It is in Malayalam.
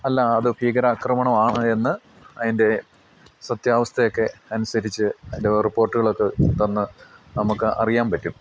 അല്ല അത് ഭീകരാക്രമണമാണ് എന്ന് അതിൻ്റെ സത്യാവസ്ഥയൊക്കെ അനുസരിച്ച് അത് റിപ്പോർട്ടുകളൊക്കെ തന്ന് നമുക്ക് അറിയാൻ പറ്റും